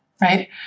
Right